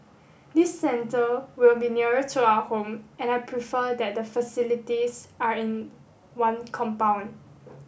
this centre will be nearer to our home and I prefer that the facilities are in one compound